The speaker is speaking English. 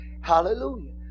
Hallelujah